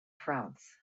france